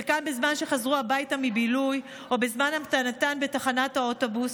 חלקן בזמן שחזרו הביתה מבילוי או בזמן המתנתן בתחנת אוטובוס,